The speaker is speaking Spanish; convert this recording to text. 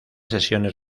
sesiones